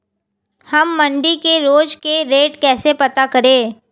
हम मंडी के रोज के रेट कैसे पता करें?